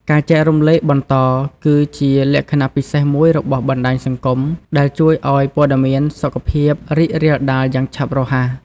ការចែករំលែកបន្តគឺជាលក្ខណៈពិសេសមួយរបស់បណ្តាញសង្គមដែលជួយឲ្យព័ត៌មានសុខភាពរីករាលដាលយ៉ាងឆាប់រហ័ស។